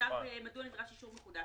נכתב מדוע נדרש אישור מחודש,